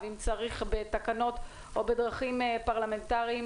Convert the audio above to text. ואם צריך בתקנות או בדרכים פרלמנטריות